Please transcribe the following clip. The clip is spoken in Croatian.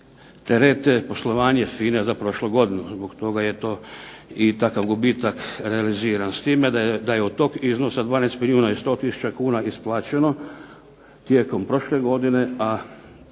terete poslovanje FINA-e za prošlu godinu. Zbog toga je to i takav gubitak realiziran. S time da je od tog iznosa 12 milijuna i 100 tisuća kuna isplaćeno tijekom prošle godine,